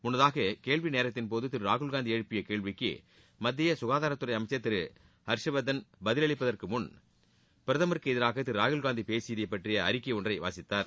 முன்னதாக கேள்விநேரத்தின்போது திரு ராகுல்காந்தி எழுப்பிய கேள்விக்கு மத்திய சுகாதாரத்துறை அமைச்சர் திரு ஹர்ஷ்வர்தன் பதிலளிப்பதற்குமுன் பிரதமருக்கு எதிராக திரு ராகுல்காந்தி பேசியது பற்றிய அறிக்கை ஒன்றை வாசித்தார்